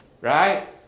Right